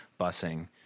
busing